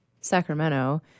Sacramento